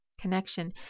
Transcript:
connection